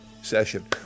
session